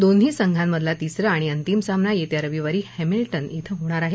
दोन्ही संघांमधला तिसरा आणि अंतिम सामना येत्या रविवारी हॅम्लिंटन इथं होणार आहे